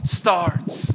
starts